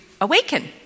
awaken